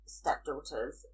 stepdaughters